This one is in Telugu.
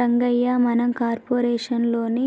రంగయ్య మనం కార్పొరేషన్ లోని